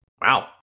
Wow